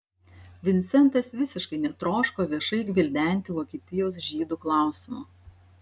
vincentas visiškai netroško viešai gvildenti vokietijos žydų klausimo